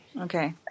okay